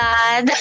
God